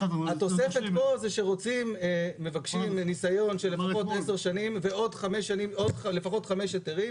התוספת פה זה שמבקשים ניסיון של לפחות 10 שנים ועוד לפחות חמישה היתרים.